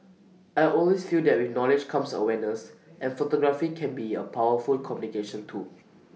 I always feel that with knowledge comes awareness and photography can be A powerful communication tool